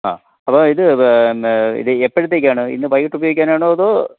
ആ അപ്പോള് ഇത് ഇത് എപ്പോഴത്തേക്കാണ് ഇന്ന് വൈകിട്ട് ഉപയോഗിക്കാനാണോ അതോ